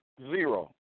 zero